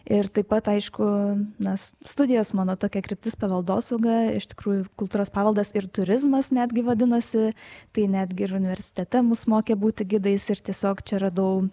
ir taip pat aišku na studijos mano tokia kryptis paveldosauga iš tikrųjų kultūros paveldas ir turizmas netgi vadinasi tai netgi ir universitete mus mokė būti gidais ir tiesiog čia radau